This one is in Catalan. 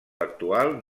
actual